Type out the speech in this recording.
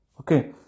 Okay